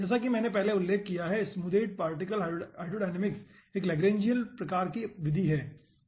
जैसा कि मैंने उल्लेख किया है स्मूदेड पार्टिकल हाइड्रोडायनामिक्स एक लैग्रैन्जियन प्रकार की विधि है